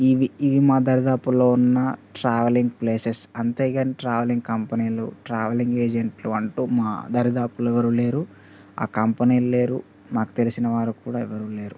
ఇవి ఇవి మా దరిదాపుల్లో ఉన్న ట్రావెలింగ్ ప్లేసెస్ అంతే కానీ ట్రావెలింగ్ కంపెనీలు ట్రావెల్ ఏజెంట్లు అంటు మా దరిదాపుల్లో ఎవరు లేరు ఆ కంపెనీలు లేరు మాకు తెలిసిన వారు కూడా ఎవరు లేరు